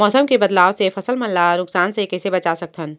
मौसम के बदलाव ले फसल मन ला नुकसान से कइसे बचा सकथन?